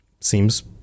Seems